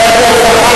חבר הכנסת זחאלקה.